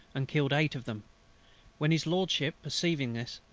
and killed eight of them when his lordship, perceiving this,